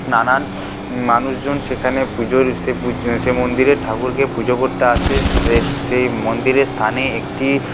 নানান মানুষজন সেখানে পুজো সেই মন্দিরের ঠাকুরকে পুজো করতে আসে সেই মন্দিরের স্থানে একটি